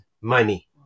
money